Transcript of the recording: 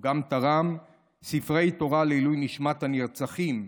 הוא גם תרם ספרי תורה לעילוי נשמת הנרצחים.